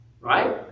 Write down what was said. right